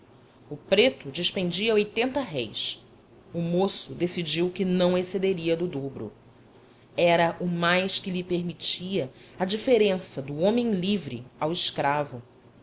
o preto dispendia rs moço decidiu que não excederia do dobro era o mais que lhe permitia a diferença do homem livre ao escravo